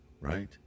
right